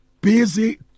Busy